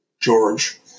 George